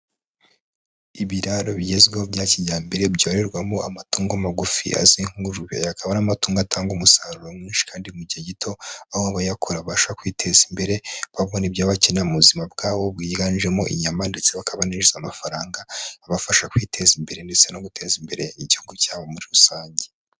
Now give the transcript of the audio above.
Ibiraro bigezweho bya kijyambere byorerwamo amatungo magufi, azwi nk' ingurube, akaba ari amatungo atanga umusaruro mwinshi kandi mu gihe gito, aho abayakora babasha kwiteza imbere babona ibyo bakenera mu buzima bwabo byiganjemo inyama ndetse bakabanishyuza amafaranga, abafasha kwiteza imbere ndetse no guteza imbere igihugu cyabo muri rusange.